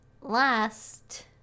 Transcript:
last